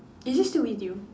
is it still with you